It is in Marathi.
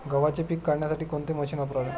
गव्हाचे पीक काढण्यासाठी कोणते मशीन वापरावे?